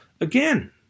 again